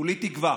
כולי תקווה